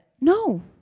no